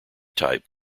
type